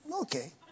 okay